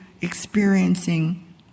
experiencing